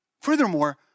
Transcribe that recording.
Furthermore